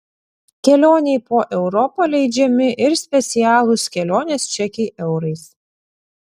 kelionei po europą leidžiami ir specialūs kelionės čekiai eurais